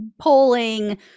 polling